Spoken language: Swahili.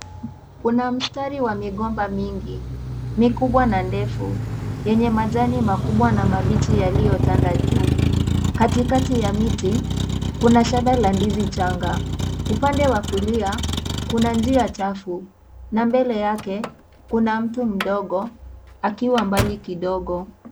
Kuna mistari ya migomba mingi. Mikubwa na ndefu, yenye majani makubwa na mabichi yaliyo tanda juu. Katikati ya miti, kuna shada la ndizi changa. Upande wa kulia, kuna njia chafu na mbele yake, kuna mtu mdogo akiwa mbali kidogo.